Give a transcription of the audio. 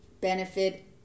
benefit